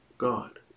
God